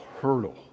hurdle